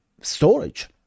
storage